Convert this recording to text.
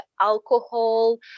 alcohol